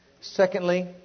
Secondly